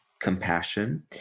compassion